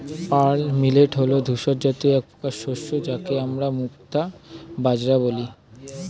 pearl millet হল ধূসর জাতীয় একপ্রকার শস্য যাকে আমরা মুক্তা বাজরা বলি